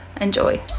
enjoy